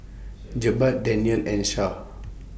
Jebat Daniel and Syah